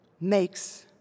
makes